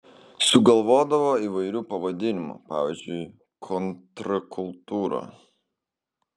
sugalvodavo įvairių pavadinimų pavyzdžiui kontrkultūra